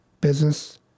business